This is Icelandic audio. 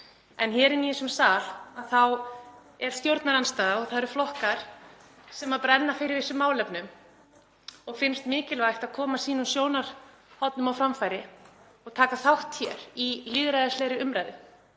En hér inni í þessum sal er stjórnarandstaða og það eru flokkar sem brenna fyrir þessum málefnum og finnst mikilvægt að koma sínum sjónarmiðum á framfæri, taka þátt í lýðræðislegri umræðu